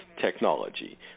technology